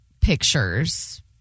pictures